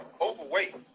overweight